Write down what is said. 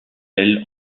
elle